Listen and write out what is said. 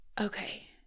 okay